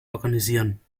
organisieren